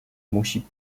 musi